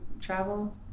travel